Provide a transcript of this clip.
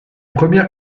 premières